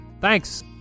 Thanks